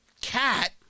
cat